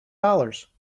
dollars